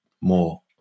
more